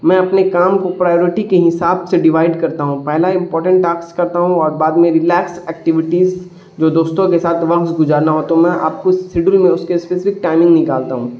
میں اپنے کام کو پرائورٹی کے حساب سے ڈیوائڈ کرتا ہوں پہلا امپورٹینٹ ٹسکس کرتا ہوں اور بعد میں ریلیکس ایکٹیویٹیز جو دوستوں کے ساتھ وقت گزاراننا ہو تو میں آپ کو اس شیڈیول میں اس کے اسپیسفک ٹائمنگ نکالتا ہوں